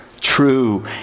True